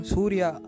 Surya